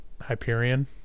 Hyperion